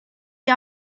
iyi